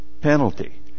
penalty